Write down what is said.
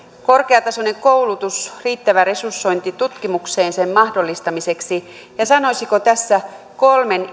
korkeatasoinen koulutus riittävä resursointi tutkimukseen sen mahdollistamiseksi ja sanoisiko tässä että kolmen